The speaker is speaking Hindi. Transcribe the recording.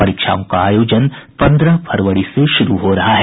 परीक्षाओं का आयोजन पन्द्रह फरवरी से शुरू हो रहा है